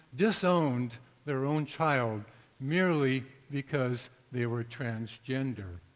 disowned their own child merely because they were transgender.